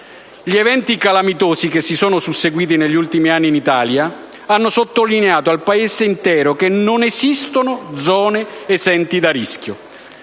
Gli eventi calamitosi che si sono susseguiti negli ultimi anni in Italia hanno sottolineato al Paese intero che non esistono zone esenti da rischio,